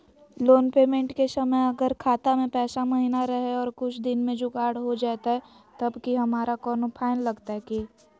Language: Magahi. लोन पेमेंट के समय अगर खाता में पैसा महिना रहै और कुछ दिन में जुगाड़ हो जयतय तब की हमारा कोनो फाइन लगतय की?